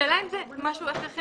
השאלה אם זה משהו הכרחי